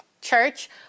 Church